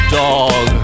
dog